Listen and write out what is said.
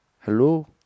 hello